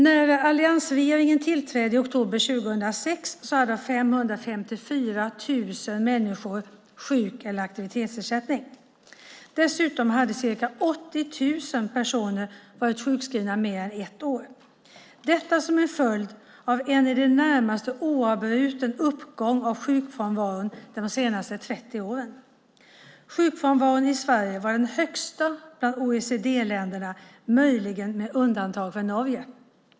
När alliansregeringen tillträdde i oktober 2006 hade 554 000 människor sjuk eller aktivitetsersättning. Dessutom hade ca 80 000 personer varit sjukskrivna i mer än ett år - detta som en följd av en i det närmaste oavbruten uppgång av sjukfrånvaron de senaste 30 åren. Sjukfrånvaron i Sverige var den högsta bland OECD-länderna, möjligen med undantag för Norge.